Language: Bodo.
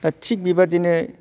दा थिग बेबायदिनो